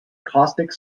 caustic